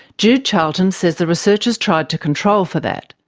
jude charlton says the researchers tried to control for that.